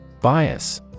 Bias